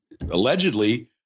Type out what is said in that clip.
Allegedly